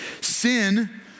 Sin